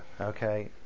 okay